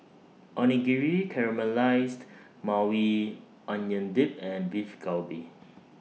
Onigiri Caramelized Maui Onion Dip and Beef Galbi